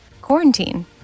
quarantine